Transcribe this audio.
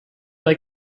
like